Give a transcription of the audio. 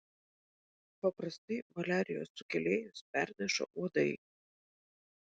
paprastai maliarijos sukėlėjus perneša uodai